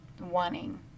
wanting